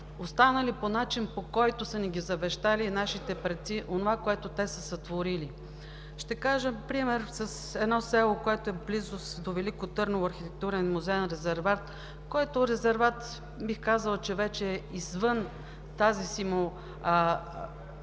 останали по начин, по който са ни ги завещали нашите предци, онова, което те са сътворили. Ще кажа пример с едно село, което в близост до Велико Търново – архитектурен музеен резерват, който резерват, бих казала, че вече е извън тази му